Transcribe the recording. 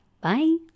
Bye